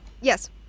Yes